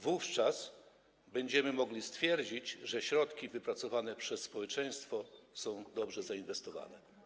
Wówczas będziemy mogli stwierdzić, że środki wypracowane przez społeczeństwo są dobrze zainwestowane.